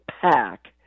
pack